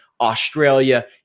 Australia